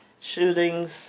shootings